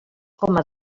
coma